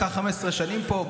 אתה 15 שנים פה,